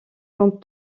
compte